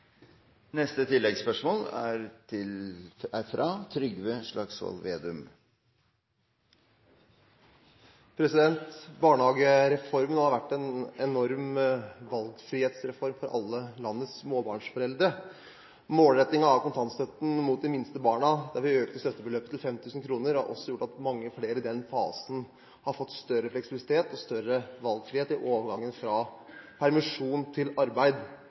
Barnehagereformen har vært en enorm valgfrihetsreform for alle landets småbarnsforeldre. Målrettingen av kontantstøtten mot de minste barna, der vi økte støttebeløpet til 5 000 kroner, har også gjort at mange flere i den fasen har fått større fleksibilitet og større valgfrihet i overgangen fra permisjon til arbeid.